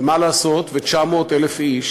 אבל מה לעשות ש-900,000 איש